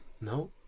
no